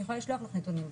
אני יכולה לשלוח לך נתונים.